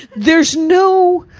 there's no,